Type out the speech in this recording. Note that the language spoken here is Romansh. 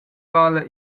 vala